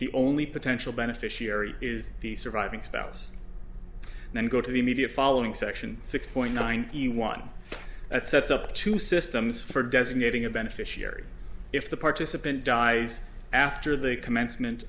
the only potential beneficiary is the surviving spouse then go to the media following section six point nine he won that sets up two systems for designating a beneficiary if the participant dies after the commencement